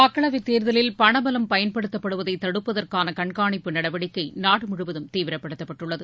மக்களவை தேர்தலில் பணபலம் பயன்படுத்தப்படுவதை தடுப்பதற்கான கண்காணிப்பு நடவடிக்கை நாடு முழுவதும் தீவிரப்படுத்தப்பட்டுள்ளது